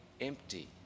empty